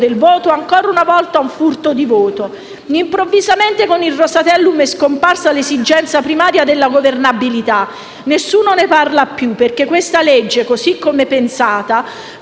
del voto e, ancora una volta, un furto di voto. Improvvisamente con il Rosatellum è scomparsa l'esigenza primaria della governabilità. Nessuno ne parla più, perché questa legge, così com'è pensata,